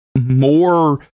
more